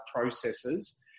processes